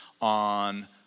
on